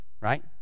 right